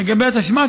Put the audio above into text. לגבי התשמ"ש,